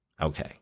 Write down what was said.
Okay